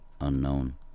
Unknown